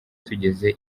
tugeze